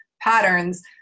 patterns